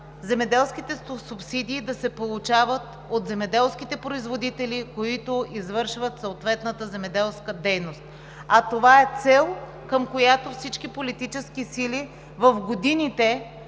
земеделските субсидии да се получават от земеделските производители, които извършват съответната земеделска дейност, а това е цел, към която всички политически сили в годините